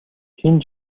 хэн